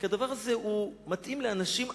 כי הדבר הזה מתאים לאנשים עצובים,